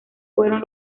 fueron